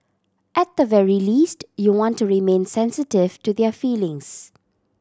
at the very least you want to remain sensitive to their feelings